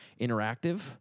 interactive